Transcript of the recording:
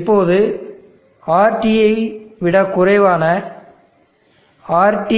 இப்போது RT யை விடக் குறைவான RT